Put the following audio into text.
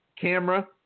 camera